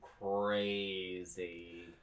crazy